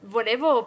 Volevo